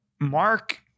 mark